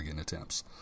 attempts